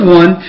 one